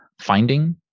finding